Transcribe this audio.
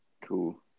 Cool